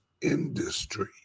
industry